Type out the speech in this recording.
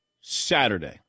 Saturday